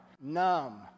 numb